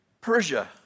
Persia